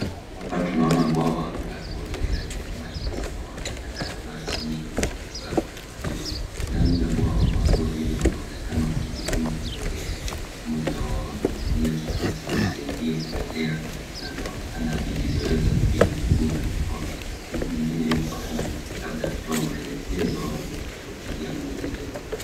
Hapa tunaona bwawa lenye maji ya samawati yanayo ng'aa chini kwa jua, ndani ya bwawa watu wawili wanajifunza kuogelea mmoja wao akitumia kifaa cha kusaidia kuogelea na anajisaidia kupiga miguu na mikono. Mtu mwingine yuko karibu labda akitoa maelekezo au akifuatilia maendeleo.